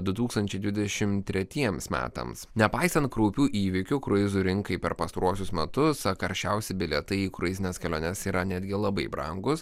du tūkstančai dvidešimt tretiems metams nepaisant kraupių įvykių kruizų rinkai per pastaruosius metus karščiausi bilietai į kruizines keliones yra netgi labai brangūs